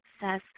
success